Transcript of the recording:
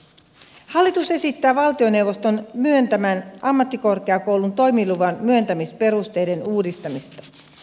hallitus esittää valtioneuvoston myöntämän ammattikorkeakoulun toimiluvan myöntämisperusteiden uudistamista